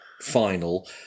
final